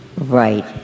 right